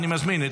אני מזמין את